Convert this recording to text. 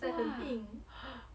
!wah!